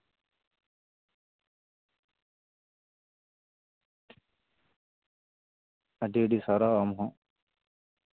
ᱟᱹᱰᱤ ᱟᱹᱰᱤ ᱥᱟᱨᱦᱟᱣ ᱟᱢᱦᱚᱸ